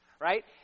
Right